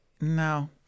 No